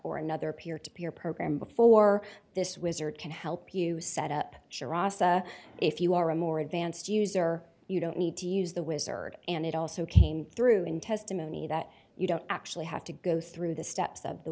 or another peer to peer program before this wizard can help you set up if you are a more advanced user you don't need to use the wizard and it also came through in testimony that you don't actually have to go through the steps of the